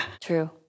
True